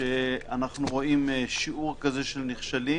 כשאנחנו רואים שיעור כזה של נכשלים,